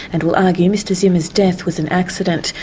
and will argue mr zimmer's death was an accident.